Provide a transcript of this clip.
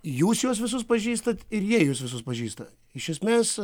jūs juos visus pažįstat ir jie jus visus pažįsta iš esmės